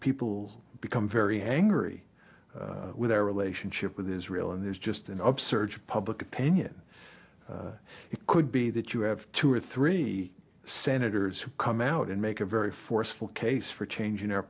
people become very angry with their relationship with israel and there's just an upsurge of public opinion it could be that you have two or three senators who come out and make a very forceful case for change in our